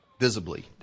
visibly